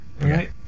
right